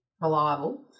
reliable